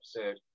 episode